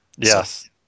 Yes